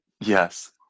Yes